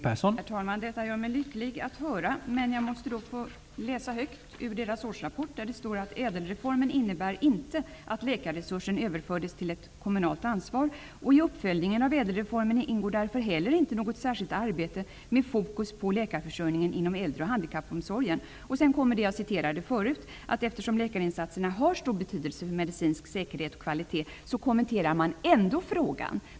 Herr talman! Att höra detta gör mig lycklig, men jag måste få återge något ur årsrapporten. I den framhålls att ÄDEL-reformen inte innebär att läkarresursen överfördes till ett kommunalt ansvar. I uppföljningen av ÄDEL-reformen ingår därför heller inte något särskilt arbete med fokus på läkarförsörjningen inom äldre och handikappomsorgen. Därefter kommer det som jag refererade förut, att man eftersom läkarinsatserna har stor betydelse för medicinsk säkerhet och kvalitet ändå kommenterar frågan.